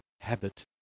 habit